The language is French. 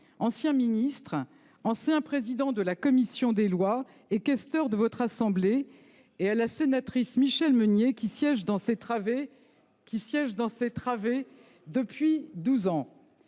ancien ministre, ancien président de la commission des lois et questeur de votre assemblée, et à Mme la sénatrice Michèle Meunier, qui siège sur ces travées depuis douze ans.